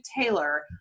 Taylor